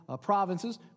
provinces